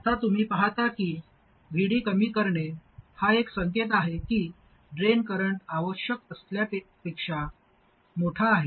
आता तुम्ही पाहता की VD कमी करणे हा एक संकेत आहे की ड्रेन करंट आवश्यक असलेल्यापेक्षा मोठा आहे